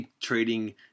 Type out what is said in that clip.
trading